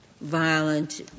violent